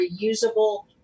reusable